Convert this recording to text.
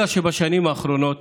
בשנים האחרונות